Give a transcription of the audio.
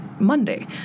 Monday